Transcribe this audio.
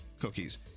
cookies